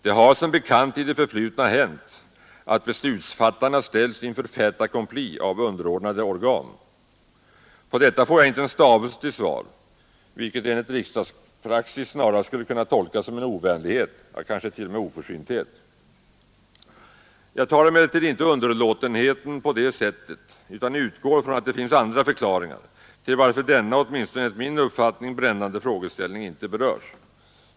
Det har som bekant i det förflutna hänt att beslutsfattarna ställts inför ett fait accompli av underordnade organ. På detta får jag inte en stavelse till svar, vilket enligt riksdagspraxis snarast skulle kunna tolkas som en ovänlighet, ja kanske t.o.m. oförsynthet. Jag tar emellertid inte underlåtenheten på det sättet, utan jag utgår från att det finns andra förklaringar till att denna åtminstone enligt min uppfattning brännande frågeställning inte berörts.